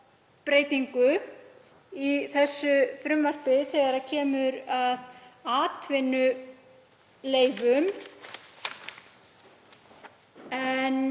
breytingu í þessu frumvarpi þegar kemur að atvinnuleyfum. En